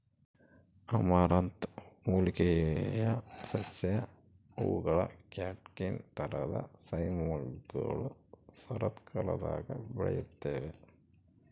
amaranth ಮೂಲಿಕೆಯ ಸಸ್ಯ ಹೂವುಗಳ ಕ್ಯಾಟ್ಕಿನ್ ತರಹದ ಸೈಮ್ಗಳು ಶರತ್ಕಾಲದಾಗ ಬೆಳೆಯುತ್ತವೆ